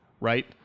right